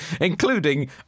including